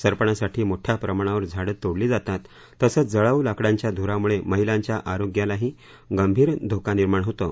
सरपणासाठी मोठ्या प्रमाणावर झाडं तोडली जातात तसंच जळाऊ लाकडांच्या ध्रामुळे महिलांच्या आरोग्यालाही गंभीर धोका निर्माण होतो